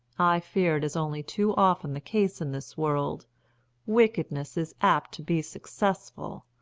i fear it is only too often the case in this world wickedness is apt to be successful.